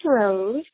Rose